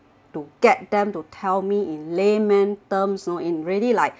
to get tell to tell me in layman terms so it really like